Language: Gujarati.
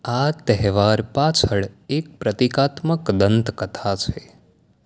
આ તહેવાર પાછળ એક પ્રતીકાત્મક દંતકથા છે